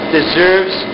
deserves